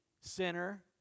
sinner